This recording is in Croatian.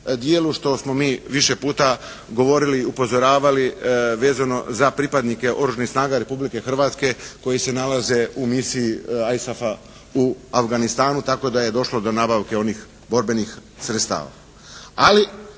dijelu što smo mi više puta govorili i upozoravali vezano za pripadnike Oružanih snaga Republike Hrvatske koji se nalaze u misiji ISAF-a u Afganistanu tako da je došlo do nabavke onih borbenih sredstava.